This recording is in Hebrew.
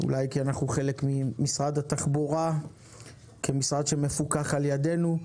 אולי כי אנחנו חלק ממשרד התחבורה כמשרד שמפוקח על ידנו.